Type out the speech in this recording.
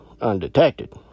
undetected